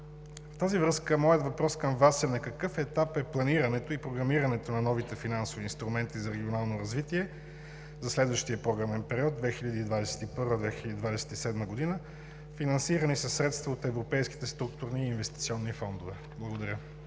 В тази връзка моят въпрос към Вас е: на какъв етап е планирането и програмирането на новите финансови инструменти за регионално развитие за следващия програмен период 2021 – 2027 г., финансиран със средства от Европейските структурни и инвестиционни фондове? Благодаря.